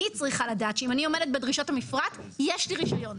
אני צריכה לדעת שאם אני עומדת בדרישות המפרט יש לי רישיון.